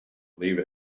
leave